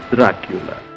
Dracula